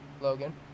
Logan